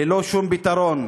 ללא שום פתרון.